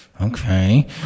Okay